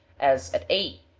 as at a,